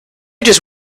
just